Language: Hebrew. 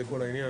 זה כל העניין.